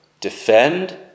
defend